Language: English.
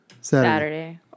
Saturday